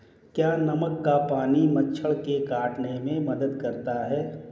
क्या नमक का पानी मच्छर के काटने में मदद करता है?